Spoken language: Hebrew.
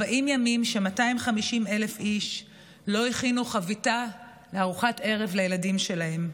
40 ימים ש-250,000 איש לא הכינו חביתה לארוחת ערב לילדים שלהם.